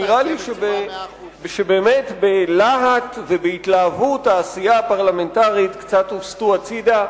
שנראה לי שבאמת בלהט ובהתלהבות העשייה הפרלמנטרית קצת הוסטו הצדה,